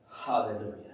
Hallelujah